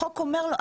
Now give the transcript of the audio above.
החוק אומר לו,